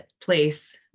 place